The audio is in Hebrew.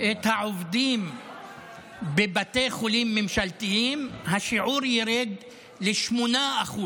את העובדים בבתי חולים ממשלתיים, השיעור ירד ל-8%